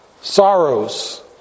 sorrows